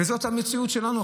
וזאת המציאות שלנו.